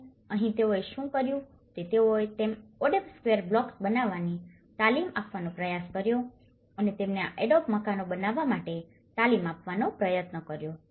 અને અહીં તેઓએ શું કર્યું તે તેઓએ તેમને એડોબ સ્ક્વેર બ્લોક્સ બનાવવાની તાલીમ આપવાનો પ્રયાસ કર્યો અને તેમને આ એડોબ મકાનો બનાવવા માટે તાલીમ આપવાનો પ્રયત્ન કર્યો